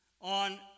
on